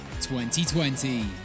2020